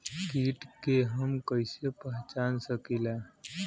कीट के हम कईसे पहचान सकीला